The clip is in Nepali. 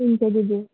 हुन्छ दिदी